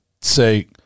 say